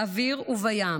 באוויר ובים,